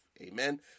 Amen